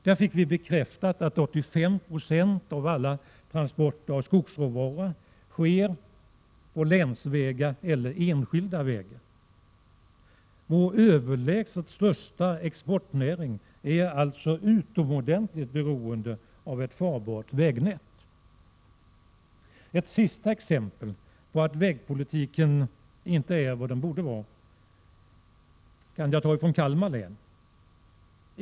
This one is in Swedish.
Där fick vi bekräftat att 85 90 av alla transporter av skogsråvara sker på länsvägar eller enskilda vägar. Vår överlägset största exportnäring är alltså utomordentligt beroende av ett farbart vägnät. Ett sista exempel på att vägpolitiken inte är vad den borde vara kan jag ta från Kalmar län.